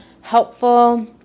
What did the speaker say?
helpful